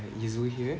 I am izul here